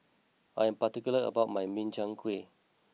I am particular about my Min Chiang Kueh